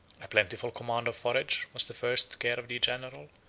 a plentiful command of forage was the first care of the general,